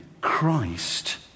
Christ